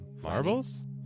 marbles